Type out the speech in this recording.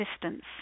distance